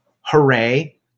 hooray